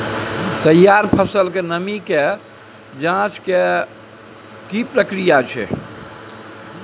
तैयार फसल में नमी के ज जॉंच के की प्रक्रिया छै?